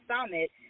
summit